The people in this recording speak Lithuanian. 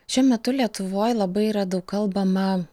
šiuo metu lietuvoj labai yra daug kalbama